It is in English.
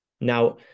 Now